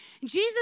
Jesus